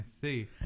see